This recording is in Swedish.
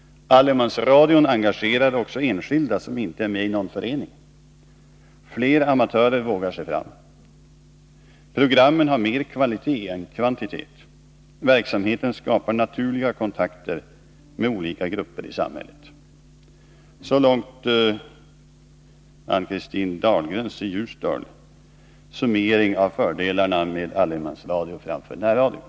Allemansradion engagerar också enskilda som inte är med i någon förening. Fler amatörer vågar sig fram. Programmen har mer kvalitet än kvantitet. Verksamheten skapar naturliga kontakter med olika grupper i samhället. Så långt Ann-Christine Dahlgrens, Ljusdal, summering av fördelarna med allemansradio framför närradio.